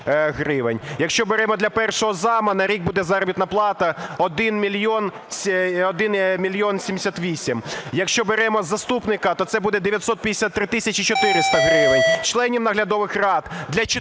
Якщо беремо для першого зама, на рік буде заробітна плата 1 мільйон 78. Якщо беремо заступника, то це буде 953 тисячі 400 гривень. Членів наглядових рад,